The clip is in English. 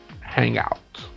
Hangout